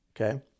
Okay